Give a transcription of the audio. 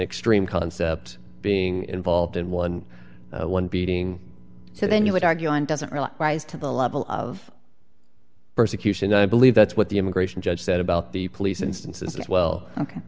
extreme concept being involved in eleven beating so then you would argue and doesn't really rise to the level of persecution i believe that's what the immigration judge said about the police instances well ok